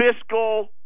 fiscal